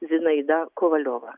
zinaida kovaliova